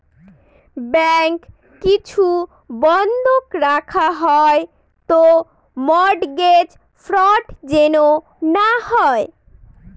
bank কিছু বন্ধক রাখা হয় তো মর্টগেজ ফ্রড যেন না হয়